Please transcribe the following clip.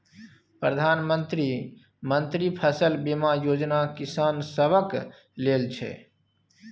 प्रधानमंत्री मन्त्री फसल बीमा योजना किसान सभक लेल छै